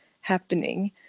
happening